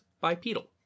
bipedal